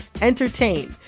entertain